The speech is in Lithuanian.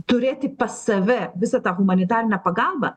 turėti pas save visą tą humanitarinę pagalbą